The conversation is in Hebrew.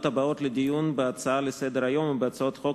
הבאות לדיון בהצעה לסדר-היום ובהצעות חוק,